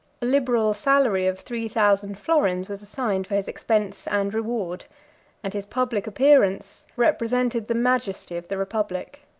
liberal salary of three thousand florins was assigned for his expense and reward and his public appearance represented the majesty of the republic.